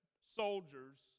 soldiers